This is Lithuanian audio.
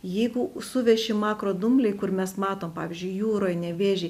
jeigu suveši makrodumbliai kur mes matom pavyzdžiui jūroj nevėžy